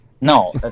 No